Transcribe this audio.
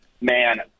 Man